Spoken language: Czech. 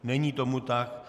Není tomu tak.